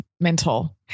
mental